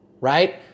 Right